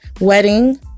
wedding